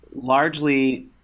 largely